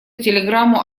телеграмму